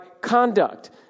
conduct